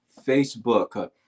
Facebook